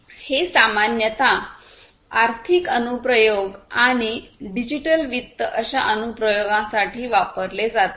हे सामान्यत आर्थिक अनुप्रयोग आणि डिजिटल वित्त अशा अनुप्रयोगांसाठी वापरले जाते